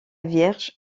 vierge